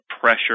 pressure